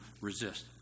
resist